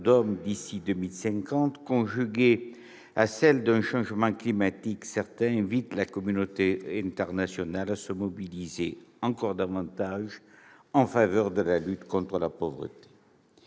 d'hommes d'ici à 2050, conjuguée à celle d'un changement climatique certain, invite la communauté internationale à se mobiliser encore davantage en faveur de la lutte contre la pauvreté.